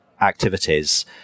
activities